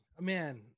man